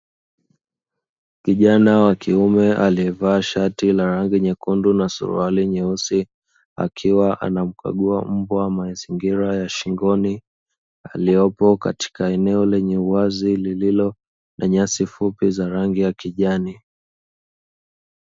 Kijana wa kiume aliyavaa shati rangi nyekundu na suruali nyeusi akiwa anamkagua mbwa katika mazingira ya shingoni aliyepo katika eneo lenye uwazi lililo na nyasi fupi za rangi ya kijani.